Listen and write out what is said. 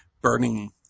burning